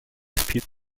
speed